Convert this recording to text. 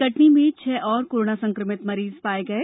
कटनी में छह और कोरोना संक्रमित मरीज पाए गये